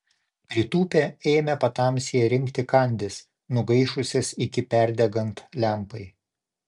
pritūpę ėmė patamsyje rinkti kandis nugaišusias iki perdegant lempai